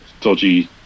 dodgy